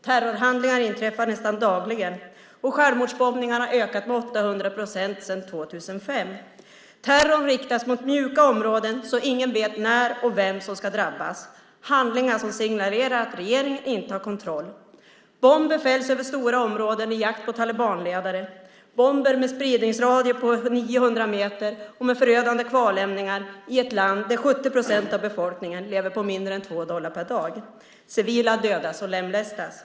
Terrorhandlingar inträffar nästan dagligen, och självmordsbombningarna har ökat med 800 procent sedan 2005. Terrorn riktas mot mjuka områden, så ingen vet när och vem som ska drabbas. Det är handlingar som signalerar att regeringen inte har kontroll. Bomber fälls över stora områden i jakt på talibanledare - bomber med spridningsradier på 900 meter och med förödande kvarlämningar i ett land där 70 procent av befolkningen lever på mindre än 2 dollar per dag. Civila dödas och lemlästas.